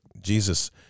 Jesus